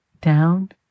down